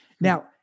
Now